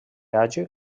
hagi